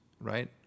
right